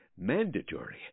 mandatory